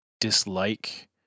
dislike